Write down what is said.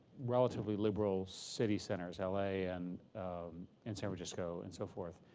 relatively liberal city centers, l a. and and san francisco, and so forth.